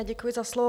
Děkuji za slovo.